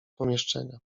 pomieszczenia